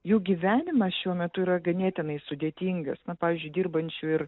jų gyvenimas šiuo metu yra ganėtinai sudėtingas na pavyzdžiui dirbančių ir